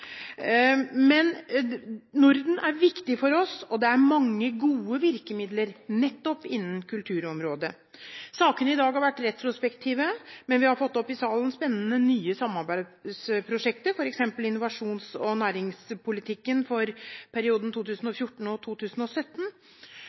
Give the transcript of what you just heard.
Men Norden er viktig for oss, og det er mange gode virkemidler nettopp innen kulturområdet. Sakene har vært retrospektive i salen her i dag, men vi har fått opp spennende, nye samarbeidsprosjekter, f.eks. for innovasjons- og næringspolitikken for perioden